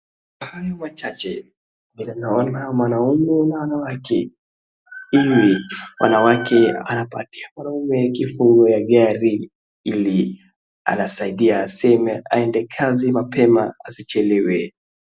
Kwa hayo machache vile naona mwanaume na mwanamke. Hii mwanamke anapatia mwanaume ufunguo wa gari hili anasaidia aende kazi mapema asichelewe.